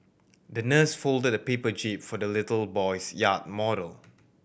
the nurse folded a paper jib for the little boy's yacht model